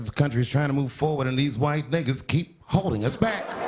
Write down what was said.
of the country is trying to move forward, and these white niggers keep holding us back.